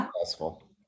successful